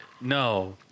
no